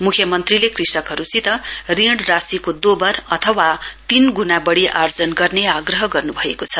मुख्यमन्त्रीले कृषकहरूसित ऋण राशिको दोवर अथवा तीन गुणा बढी अर्जन गर्ने आग्रह गर्नुभएको छ